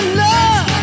love